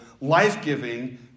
life-giving